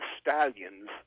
stallions